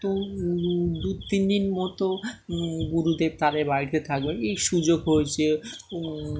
তো দু তিন দিন মতো গুরুদের তারে বাড়িতে থাকবে এই সুযোগ হয়েছে